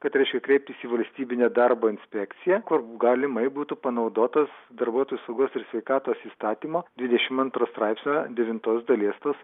kad reiškia kreiptis į valstybinę darbo inspekciją kur galimai būtų panaudotas darbuotojų saugos ir sveikatos įstatymo dvidešimt straipsnio devintos dalies